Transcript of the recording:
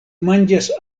manĝas